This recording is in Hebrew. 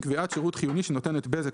(קביעת שירות חיוני שנותנת "בזק",